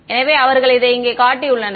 எனவே அவர்கள் அதை இங்கே காட்டியுள்ளனர்